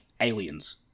aliens